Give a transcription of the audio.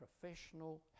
professional